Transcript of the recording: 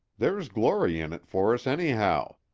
there's glory in it for us, anyhow.